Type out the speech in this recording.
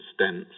stents